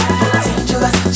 dangerous